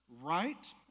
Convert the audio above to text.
right